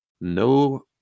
No